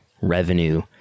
revenue